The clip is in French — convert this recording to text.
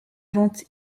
vente